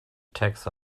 tax